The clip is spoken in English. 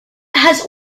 has